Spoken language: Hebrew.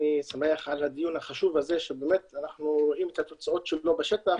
אני שמח על הדיון החשוב הזה שבאמת אנחנו רואים את התוצאות שלו בשטח,